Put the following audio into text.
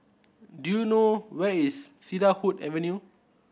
do you know where is Cedarwood Avenue